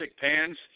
pans